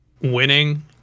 winning